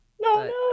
No